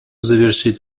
завершить